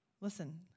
Listen